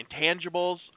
intangibles